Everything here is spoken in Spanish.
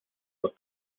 los